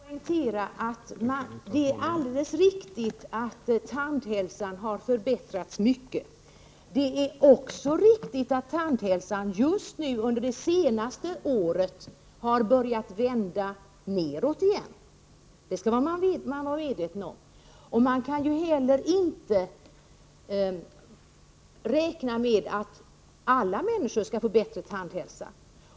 Herr talman! Det är alldeles riktigt att tandhälsan har förbättrats kraftigt. Men man bör också observera att denna utveckling under det senaste året har börjat vända nedåt igen. Detta skall man vara medveten om. Man kan heller inte räkna med att alla människor skall få en bättre tandhälsa.